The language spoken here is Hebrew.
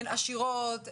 הן עשירות,